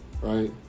right